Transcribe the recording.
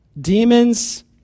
demons